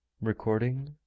Recording